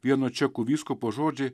vieno čekų vyskupo žodžiai